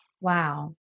Wow